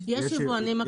יש יבואנים מקבילים?